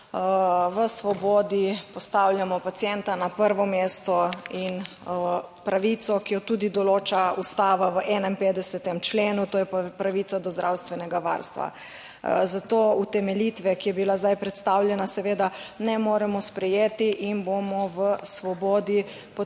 V Svobodi postavljamo pacienta na prvo mesto in pravico, ki jo tudi določa Ustava v 51. členu, to je pravica do zdravstvenega varstva, zato utemeljitve, ki je bila zdaj predstavljena, seveda ne moremo sprejeti in bomo v Svobodi podprli